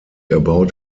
about